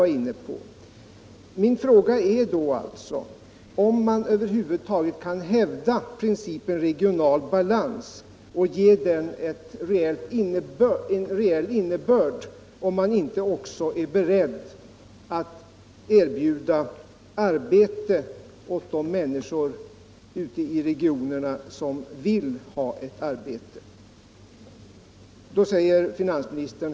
67 Min fråga är huruvida man över huvud taget kan hävda principen om regional balans och ge den reell innebörd om man inte också är beredd att erbjuda arbete för de människor ute i regionerna som vill ha arbete även om de inte står i dagens arbetslöshetsköer.